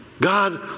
God